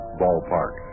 ballpark